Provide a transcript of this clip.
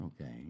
Okay